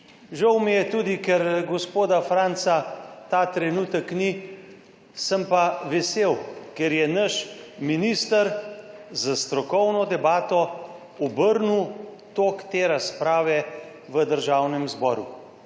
Žal mi je tudi, ker gospoda Franca ta trenutek ni. Sem pa vesel, ker je naš minister s strokovno debato obrnil tok te razprave v Državnem zboru